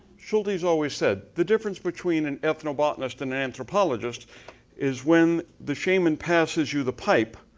schultes always said the difference between an ethnobotanist and an anthropologist is when the shaman passes you the pipe,